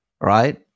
right